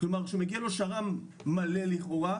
כלומר שמגיע לו שר"מ מלא לכאורה,